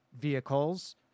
vehicles